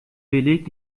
beleg